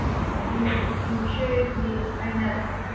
ꯑꯗꯨ ꯐ꯭ꯌꯨꯆꯔꯒꯤ ꯑꯩꯅ